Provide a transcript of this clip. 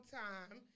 time